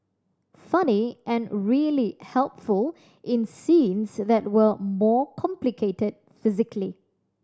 funny and really helpful in scenes that were more complicated physically